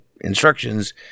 instructions